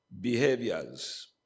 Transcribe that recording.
behaviors